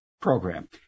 program